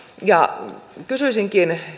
ja kysyisinkin